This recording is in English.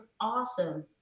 awesome